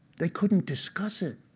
they couldn't discuss it.